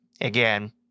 again